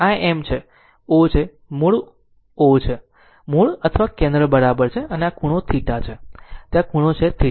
અને આ M છે અને o છે મૂળ o છે મૂળ અથવા કેન્દ્ર બરાબર છે અને આ ખૂણો θ છે તે આ ખૂણો છે θ